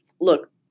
look